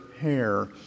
hair